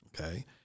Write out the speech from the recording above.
okay